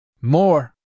More